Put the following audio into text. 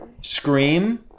scream